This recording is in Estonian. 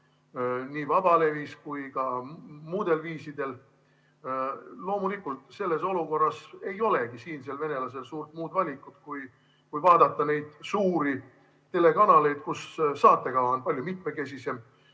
nii vabalevis kui ka muudel viisidel. Loomulikult, selles olukorras ei olegi siinsel venelasel suurt muud valikut, kui vaadata neid suuri telekanaleid, kus saatekava on palju mitmekesisem,